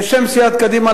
בשם סיעת קדימה,